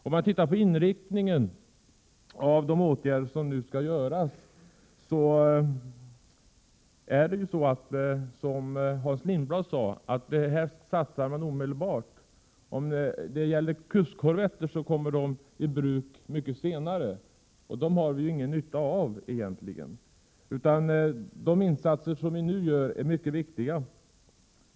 När det gäller inriktningen av de resurser som nu skall tillföras, är det ju så, som Hans Lindblad sade, att man helst satsar på omedelbara åtgärder. En satsning på kustkorvetter skulle ju innebära att dessa fartyg kan tas i bruk långt senare och att vi därför egentligen inte har någon nytta av dem. De insatser som vi nu gör är mycket viktiga.